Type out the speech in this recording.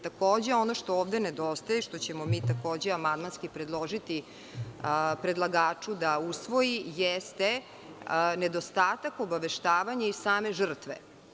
Takođe, ono što ovde nedostaje i što ćemo mi takođe amandmanski predložiti predlagaču da usvoji jeste nedostatak obaveštavanja i same žrtve.